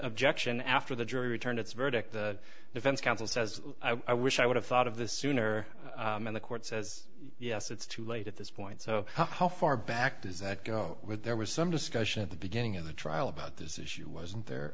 objection after the jury returned its verdict the defense counsel says i wish i would have thought of this sooner and the court says yes it's too late at this point so how far back does that go with there was some discussion at the beginning of the trial about this issue wasn't there